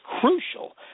crucial